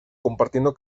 compartiendo